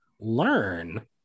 learn